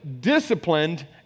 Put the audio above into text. disciplined